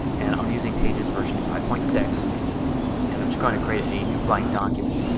and i'm using pages version five point six and i'm just going to create a new blank document.